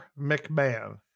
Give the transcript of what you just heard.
McMahon